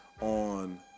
on